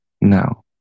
no